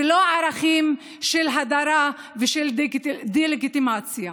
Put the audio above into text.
ולא ערכים של הדרה ושל דה-לגיטימציה.